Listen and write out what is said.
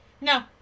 No